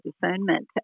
discernment